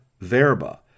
verba